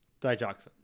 Digoxin